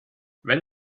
wenn